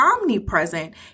omnipresent